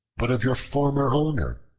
but of your former owner,